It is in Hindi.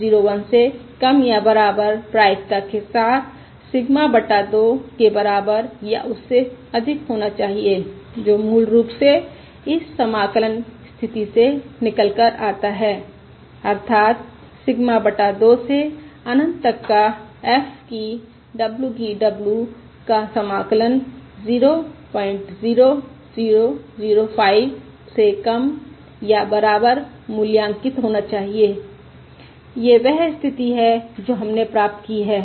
यह 0001 से कम या बराबर प्रायिकता के साथ सिग्मा बटा 2 के बराबर या उससे अधिक होना चाहिए जो मूल रूप से इस समाकलन स्थिति से निकल कर आता है अर्थात सिग्मा बटा 2 से अनंत तक का f की w की w का समाकलन 00005 से कम या बराबर मूल्याकिंत होना चाहिए यह वह स्थिति है जो हमने प्राप्त की है